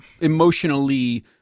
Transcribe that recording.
emotionally